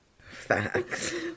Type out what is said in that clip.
Facts